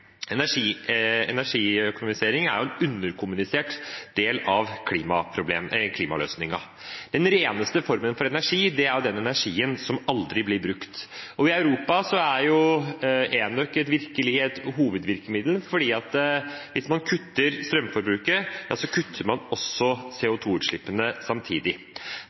Energiøkonomisering er en underkommunisert del av klimaløsningen. Den reneste formen for energi er jo den energien som aldri blir brukt, og i Europa er enøk virkelig et hovedvirkemiddel, for hvis man kutter strømforbruket, kutter man